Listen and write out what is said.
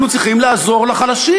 אנחנו צריכים לעזור לחלשים.